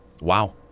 wow